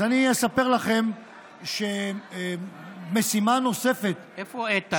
אז אני אספר לכם שמשימה נוספת, איפה איתן